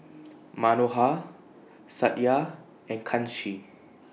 Manohar Satya and Kanshi